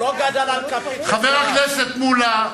חברת הכנסת תירוש,